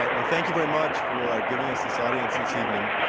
ah well thank you very much for giving us this audience this evening.